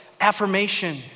affirmation